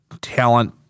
talent